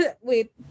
Wait